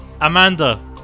Amanda